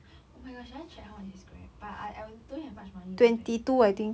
oh my gosh should I check how much is grab but I I on~ don't have much money now eh